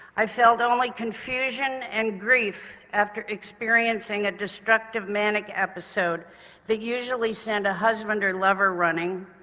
i felt only confusion and grief after experiencing a destructive manic episode that usually sent a husband or lover running,